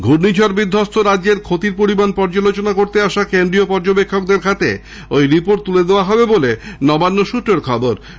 ঘূর্ণিঝড় বিধ্বস্ত রাজ্যের ক্ষতির পরিমাণ পর্যালোচনা করতে আসা কেন্দ্রীয় পর্যবেক্ষকদের হাতে ওই রিপোর্ট তুলে দেওয়া হবে বলে নবান্ন সূত্রে জানা গেছে